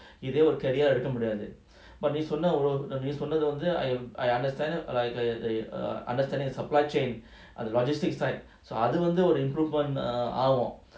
career ah இருக்கமுடியாது:iruka mudiathu but நீசொன்னதுநீசொல்றதுவந்து:nee sonnathu nee solrathu vandhu I am I understand like like they err understanding supply chain err the logistics side so அதுவந்து:adhu vandhu improve on err ஆகும்